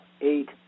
eight